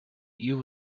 you